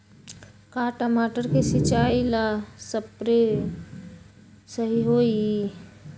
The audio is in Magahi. का टमाटर के सिचाई ला सप्रे सही होई?